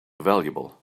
valuable